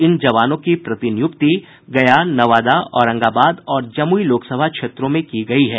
इन जवानों की प्रतिनियुक्ति गया नवादा औरंगाबाद और जमुई लोकसभा क्षेत्रों में की गयी है